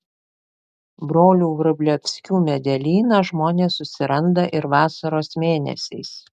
brolių vrublevskių medelyną žmonės susiranda ir vasaros mėnesiais